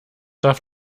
darf